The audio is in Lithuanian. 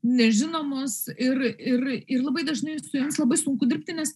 nežinomos ir ir ir labai dažnai su jomis labai sunku dirbti nes